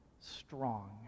Strong